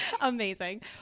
Amazing